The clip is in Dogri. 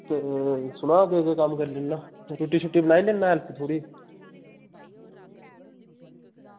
ते सनांऽ हां केह् केह् कम्म करी लैन्नां रुट्टी बनाई लैन्नां हैल्प थोह्ड़ी